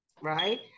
right